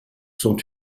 sont